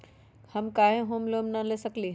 हम काहे home loan न ले सकली ह?